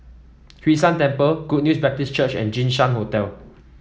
Hwee San Temple Good News Baptist Church and Jinshan Hotel